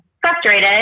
frustrated